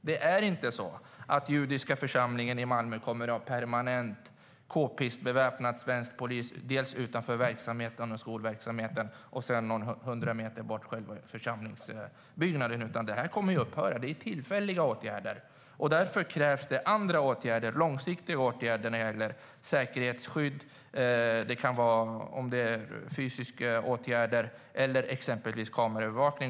Det är inte så att Judiska Församlingen i Malmö permanent kommer att ha kpistbeväpnad svensk polis utanför skolverksamheten och 100 meter bort vid själva församlingsbyggnaden. Det kommer att upphöra. Det är tillfälliga åtgärder. Därför krävs det andra åtgärder, långsiktiga åtgärder, när det gäller säkerhetsskydd. Det kan vara fysiska åtgärder eller exempelvis kameraövervakning.